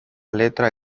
letra